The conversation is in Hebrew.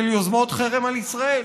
יוזמות חרם על ישראל.